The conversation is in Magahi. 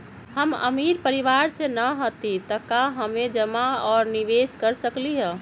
हम अमीर परिवार से न हती त का हम जमा और निवेस कर सकली ह?